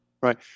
Right